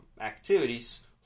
activities